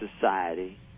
society